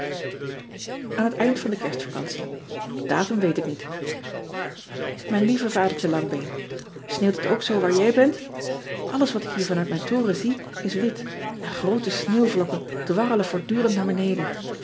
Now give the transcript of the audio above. an het eind van de erstvacantie atum weet ik niet ijn lieve adertje angbeen neeuwt het ook zoo waar jij bent lles wat ik hier vanuit mijn toren zie is wit en groote sneeuwvlokken dwarrelen voortdurend naar beneden